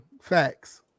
Facts